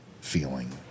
feeling